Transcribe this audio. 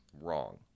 Wrong